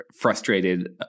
frustrated